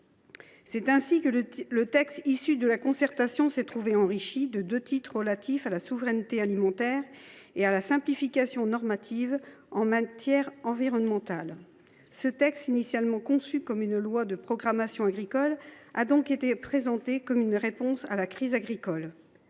C’est ainsi que le texte issu de la concertation s’est trouvé enrichi de deux titres, l’un relatif à la souveraineté alimentaire, l’autre à la simplification normative en matière environnementale. Ce texte, initialement conçu comme une loi de programmation agricole, a donc été présenté comme une réponse à la crise agricole.